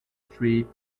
street